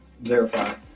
verify